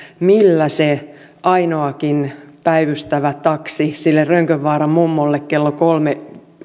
millä se ainoakin päivystävä taksi sille rönkönvaaran mummolle kello kolme